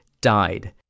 died